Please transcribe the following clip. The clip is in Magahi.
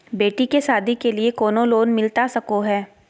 बेटी के सादी के लिए कोनो लोन मिलता सको है?